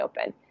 open